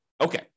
Okay